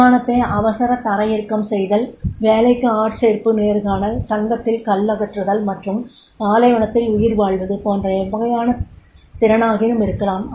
விமானத்தை அவசர தரையிறக்கம் செய்தல் வேலைக்கு ஆட்சேர்ப்பு நேர்காணல் தங்கத்தில் கல் அகற்றுதல் மற்றும் பாலைவனத்தில் உயிர்வாழ்வது போன்ற எவ்வகையான திறனாகினும் இருக்கலாம்